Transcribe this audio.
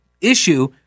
issue